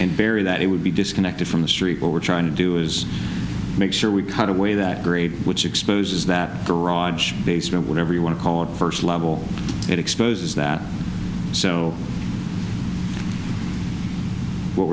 and bury that it would be disconnected from the street what we're trying to do is make sure we cut away that grade which exposes that garage basement whatever you want to call it first level it exposes that so what